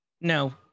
No